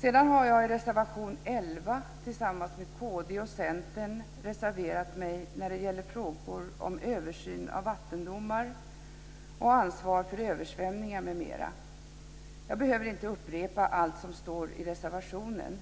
Sedan har jag i reservation 11 tillsammans med kd och c reserverat mig när det gäller frågor om översyn av vattendomar och ansvar för översvämningar, m.m. Jag behöver inte upprepa allt som står i reservationen.